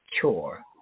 chore